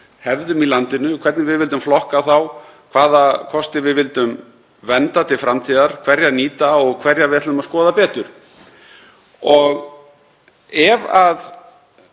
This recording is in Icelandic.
hefðum í landinu, hvernig við vildum flokka þá, hvaða kosti við vildum vernda til framtíðar, hverja vil vildum nýta og hverja við ætluðum að skoða betur. Ef